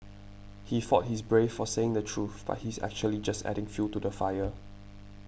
he thought he's brave for saying the truth but he's actually just adding fuel to the fire